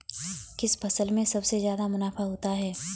किस फसल में सबसे जादा मुनाफा होता है?